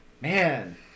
man